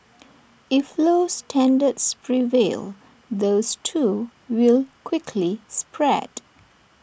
if low standards prevail those too will quickly spread